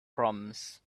proms